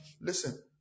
Listen